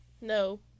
no